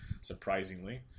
surprisingly